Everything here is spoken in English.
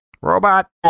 robot